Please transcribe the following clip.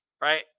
right